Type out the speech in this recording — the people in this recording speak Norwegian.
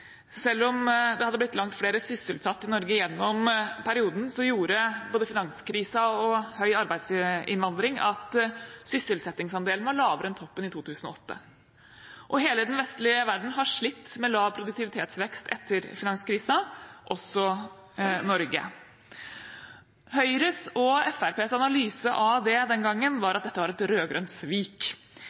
Selv om det hadde blitt langt flere sysselsatte i Norge i perioden, gjorde både finanskrisen og høy arbeidsinnvandring at sysselsettingsandelen var lavere enn toppen i 2008. Hele den vestlige verden har slitt med lav produktivitetsvekst etter finanskrisen, også Norge. Høyres og Fremskrittspartiets analyse av det den gangen var at dette var et rød-grønt svik.